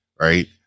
right